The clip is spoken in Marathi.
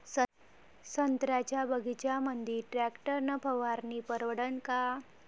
संत्र्याच्या बगीच्यामंदी टॅक्टर न फवारनी परवडन का?